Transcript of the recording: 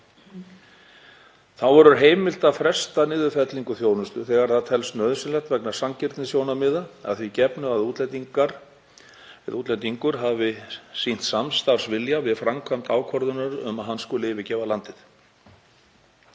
Þá verður heimilt að fresta niðurfellingu þjónustu þegar það telst nauðsynlegt vegna sanngirnissjónarmiða að því gefnu að útlendingur hafi sýnt samstarfsvilja við framkvæmd ákvörðunar um að hann skuli yfirgefa landið.